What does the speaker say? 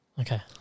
Okay